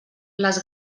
les